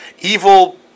evil